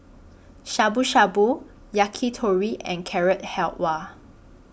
Shabu Shabu Yakitori and Carrot Halwa